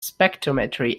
spectrometry